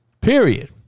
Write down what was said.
period